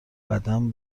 قدم